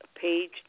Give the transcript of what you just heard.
page